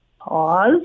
pause